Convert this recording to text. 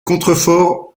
contreforts